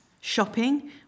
shopping